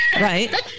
right